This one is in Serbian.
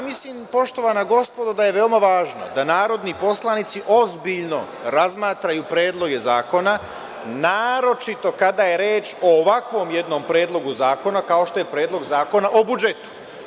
Mislim, poštovana gospodo, da je veoma važno da narodni poslanici ozbiljno razmatraju predloge zakona, naročito kada je reč o ovako jednom Predlogu zakona kao što je Predlog zakona o budžetu.